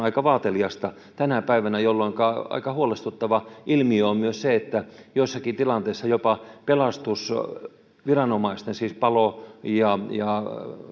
aika vaateliasta tänä päivänä jolloinka aika huolestuttava ilmiö on myös se että joissakin tilanteissa jopa pelastusviranomaisten siis palo ja ja